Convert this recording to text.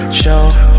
show